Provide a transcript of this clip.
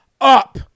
up